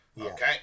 Okay